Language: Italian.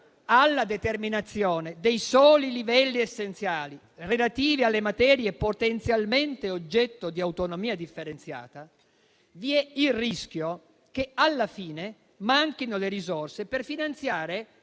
alla determinazione dei soli livelli essenziali relativi alle materie potenzialmente oggetto di autonomia differenziata, vi è il rischio che alla fine manchino le risorse per finanziare